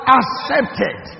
accepted